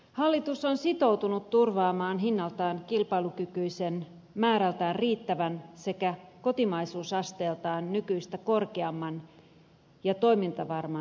hallitus on sitoutunut turvaamaan hinnaltaan kilpailukykyisen määrältään riittävän sekä kotimaisuusasteeltaan nykyistä korkeamman ja toimintavarman energiahuollon